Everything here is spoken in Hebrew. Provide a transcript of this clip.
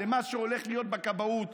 למה שהולך להיות בכבאות,